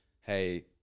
hey